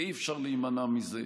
ואי-אפשר להימנע מזה,